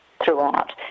throughout